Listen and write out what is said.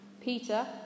Peter